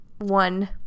one